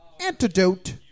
Antidote